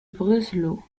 breslau